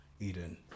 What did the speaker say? eden